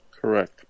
Correct